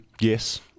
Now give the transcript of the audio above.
Yes